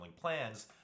plans